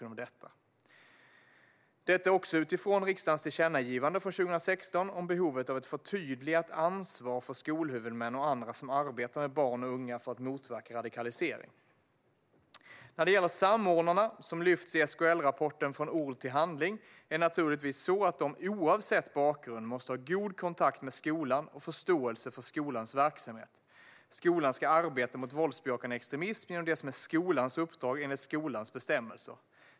Detta utifrån riksdagens tillkännagivande från 2016 om behovet av ett förtydligat ansvar för skolhuvudmän och andra som arbetar med barn och unga för att motverka radikalisering. När det gäller samordnarna, som lyfts fram i SKL-rapporten Från ord till handling , är det naturligtvis så att de oavsett bakgrund måste ha god kontakt med skolan och förståelse för skolans verksamhet. Skolan ska arbeta mot våldsbejakande extremism genom det som är skolans uppdrag enligt skolans bestämmelser.